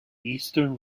eastern